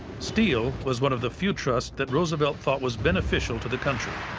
steel was one of the few trusts that roosevelt thought was beneficial to the country.